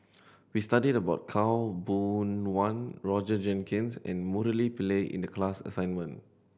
we studied about Khaw Boon Wan Roger Jenkins and Murali Pillai in the class assignment